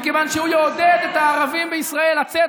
מכיוון שהוא יעודד את הערבים בישראל לצאת